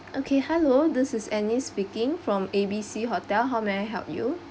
okay hello this is annie speaking from A_B_C hotel how may I help you